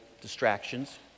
distractions